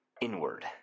inward